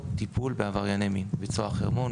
לטיפול בעברייני מין: בבית סוהר "חרמון",